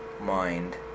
mind